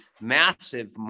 massive